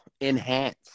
enhance